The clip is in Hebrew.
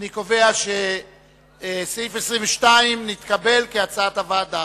2. אני קובע שסעיף 22 נתקבל, כהצעת הוועדה.